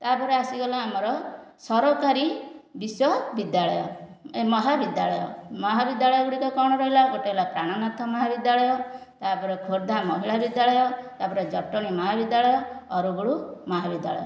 ତା'ପରେ ଆସିଗଲା ଆମର ସରକାରୀ ବିଶ୍ୱବିଦ୍ୟାଳୟ ଏ ମହାବିଦ୍ୟାଳୟ ମହାବିଦ୍ୟାଳୟ ଗୁଡ଼ିକ କ'ଣ ରହିଲା ଗୋଟିଏ ହେଲା ପ୍ରାଣନାଥ ମହାବିଦ୍ୟାଳୟ ତା'ପରେ ଖୋର୍ଦ୍ଧା ମହିଳା ବିଦ୍ୟାଳୟ ତା'ପରେ ଜଟଣୀ ମହାବିଦ୍ୟାଳୟ ଅରଗୁଳ ମହାବିଦ୍ୟାଳୟ